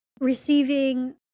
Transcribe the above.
receiving